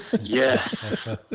Yes